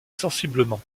sensiblement